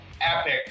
epic